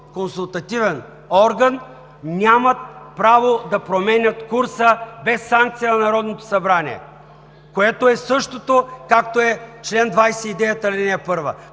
консултативен орган нямат право да променят курса без санкция на Народното събрание, което е същото, както е чл. 29, ал. 1.